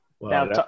Now